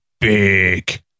big